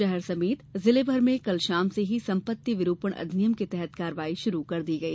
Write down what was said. शहर समेत जिले भर में कल शाम से ही संपत्ति विरुपण अधिनियम के तहत कार्रवाई शुरु कर दी गई